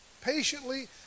Patiently